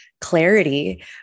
clarity